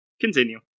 Continue